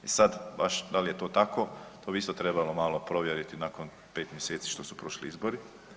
I sad baš da li je to tako to bi isto trebalo malo provjeriti nakon 5 mjeseci što su prošli izbori.